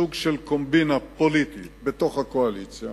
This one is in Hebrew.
סוג של קומבינה פוליטית בתוך הקואליציה